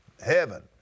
Heaven